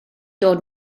dod